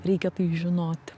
reikia tai žinot